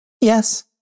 Yes